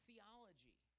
Theology